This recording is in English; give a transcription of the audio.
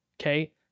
okay